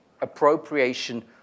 appropriation